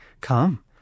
come